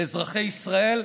לאזרחי ישראל,